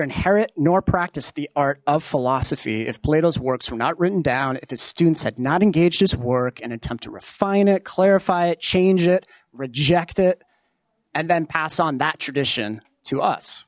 inherit nor practice the art of philosophy if plato's works were not written down if his students had not engaged his work and attempt to refine it clarify it change it reject it and then pass on that tradition to us